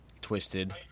twisted